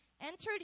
entered